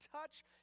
touch